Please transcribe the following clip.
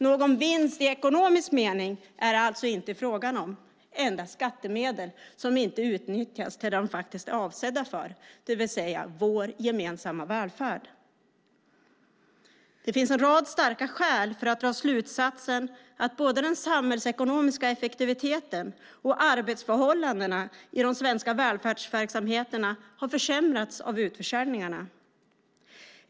Någon vinst i ekonomisk mening är det alltså inte fråga om, utan endast skattemedel som inte utnyttjas till det som de faktiskt är avsedda för, det vill säga vår gemensamma välfärd. Det finns en rad starka skäl för att dra slutsatsen att både den samhällsekonomiska effektiviteten och arbetsförhållandena i de svenska välfärdsverksamheterna har försämrats av utförsäljningarna.